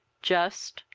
just,